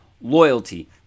loyalty